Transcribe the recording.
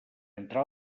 entre